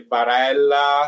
Barella